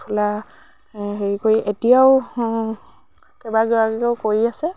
কাঠফুলা হেৰি কৰি এতিয়াও কেইবা গৰাকীয়েও কৰি আছে